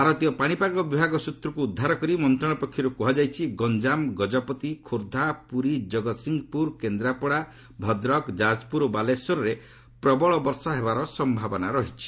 ଭାରତୀୟ ପାଣିପାଗ ବିଭାଗ ସୂତ୍ରକୁ ଉଦ୍ଧାର କରି ମନ୍ତ୍ରଶାଳୟ ପକ୍ଷରୁ କୁହାଯାଇଛି ଗଞ୍ଜାମ ଗଜପତି ଖୋର୍ଦ୍ଧା ପୁରୀ ଜଗତସିଂହପୁର କେନ୍ଦ୍ରାପଡ଼ା ଭଦ୍ରକ ଯାଜପୁର ଓ ବାଲେଶ୍ୱରରେ ପ୍ରବଳ ବର୍ଷା ହେବାର ସମ୍ଭାବନା ରହିଛି